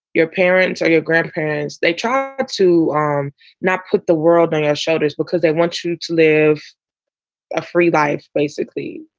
your parents are your grandparents. they try to um not put the world on our shoulders because they want you to live a free life, basically,